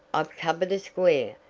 i've covered a square.